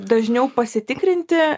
dažniau pasitikrinti